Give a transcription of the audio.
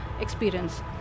experience